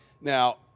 Now